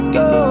go